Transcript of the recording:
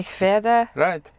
right